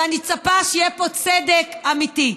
ואני מצפה שיהיה פה צדק אמיתי.